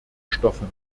stoffen